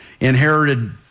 inherited